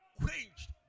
quenched